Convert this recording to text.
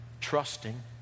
trusting